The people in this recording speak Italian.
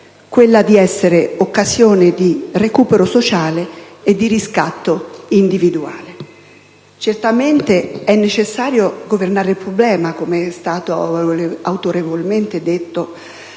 quella di essere occasione di recupero sociale e di riscatto individuale. Certamente è necessario governare il problema - come è stato autorevolmente detto